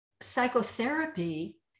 psychotherapy